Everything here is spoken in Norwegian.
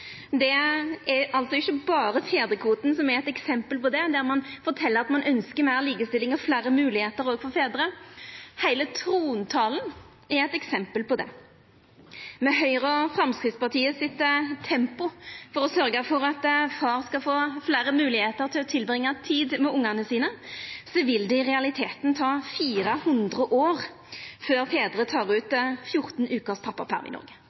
ikkje berre fedrekvoten som er eit eksempel på det, der ein fortel at ein ønskjer meir likestilling og fleire moglegheiter overfor fedrar. Heile trontalen er eit eksempel på det. Med Høgre og Framstegspartiet sitt tempo for å sørgja for at far skal få fleire moglegheiter til å ha tid med ungane sine, vil det i realiteten ta 400 år før fedrar tek ut 14 veker pappaperm i Noreg.